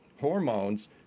hormones